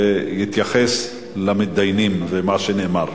שיתייחס למתדיינים ולמה שנאמר.